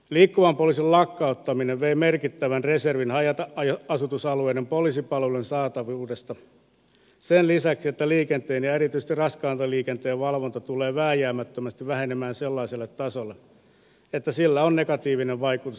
liikkuvan poliisin lakkauttaminen vei merkittävän reservin haja asutusalueiden poliisipalvelujen saatavuudesta sen lisäksi että liikenteen ja erityisesti raskaan liikenteen valvonta tulee vääjäämättömästi vähenemään sellaiselle tasolle että sillä on negatiivinen vaikutus lainkuuliaisuuteen